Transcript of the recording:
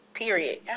period